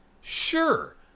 Sure